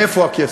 מאיפה הכסף?